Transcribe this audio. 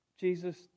Jesus